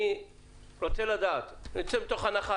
אני יוצא מתוך הנחה,